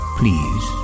please